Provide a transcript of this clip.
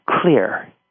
clear